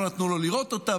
לא נתנו לו לראות אותה,